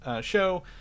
show